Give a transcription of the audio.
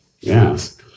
Yes